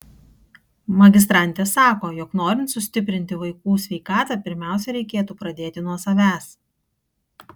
magistrantė sako jog norint sustiprinti vaikų sveikatą pirmiausia reikėtų pradėti nuo savęs